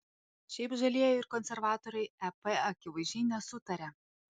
šiaip žalieji ir konservatoriai ep akivaizdžiai nesutaria